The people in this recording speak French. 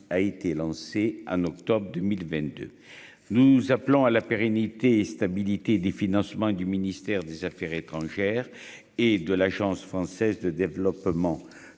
a été lancée en octobre 2022, nous appelons à la pérennité et stabilité des financements du ministère des Affaires étrangères et de l'Agence française de développement,